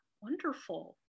wonderful